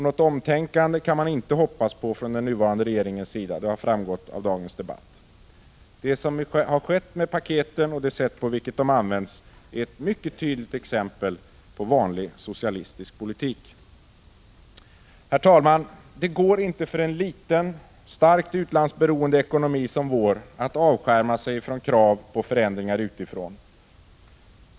Något omtänkande kan man inte hoppas på från den nuvarande regeringen — det har framgått av dagens debatt. Det som har skett med paketen och det sätt på vilket de använts är ett mycket tydligt exempel på vanlig socialistisk politik. Herr talman! Det går inte för en liten, starkt utlandsberoende ekonomi som vår att avskärma sig från krav på förändringar utifrån.